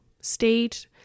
state